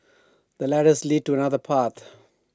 the ladders leads to another path